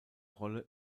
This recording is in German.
rolle